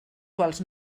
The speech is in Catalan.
quals